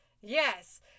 Yes